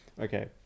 Okay